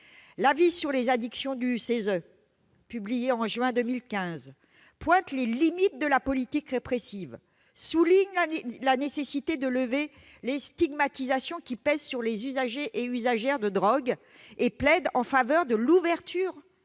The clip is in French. environnemental, publié au mois de juin 2015 pointe les limites de la politique répressive, souligne la nécessité de lever les stigmatisations qui pèsent sur les usagers et usagères de drogues et plaide en faveur de l'ouverture